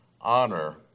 honor